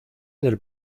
del